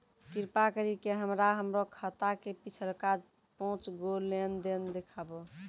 कृपा करि के हमरा हमरो खाता के पिछलका पांच गो लेन देन देखाबो